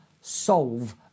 solve